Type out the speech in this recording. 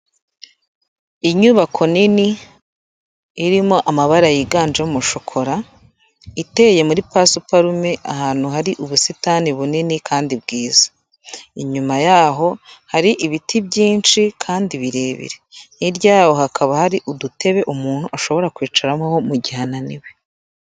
Inyubako nini irimo amabara yiganjemo shokora, iteye muri pasiparume ahantu hari ubusitani bunini kandi bwiza. Inyuma yaho hari ibiti byinshi kandi birebire, hirya yaho hakaba hari udutebe umuntu ashobora kwicaramo mu gihe ananiwe.